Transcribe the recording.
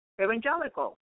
evangelical